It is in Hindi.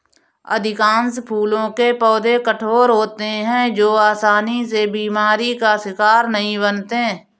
अधिकांश फूलों के पौधे कठोर होते हैं जो आसानी से बीमारी का शिकार नहीं बनते